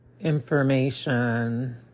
information